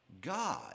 God